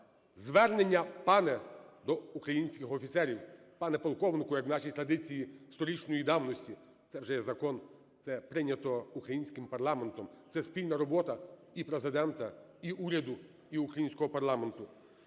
Звернення "пане" до українських офіцерів, "пане полковнику", як в нашій традиції сторічної давності – це вже є закон, це прийнято українським парламентом, це спільна робота і Президента, і уряду, і українського парламенту.